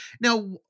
now